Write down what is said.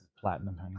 Platinum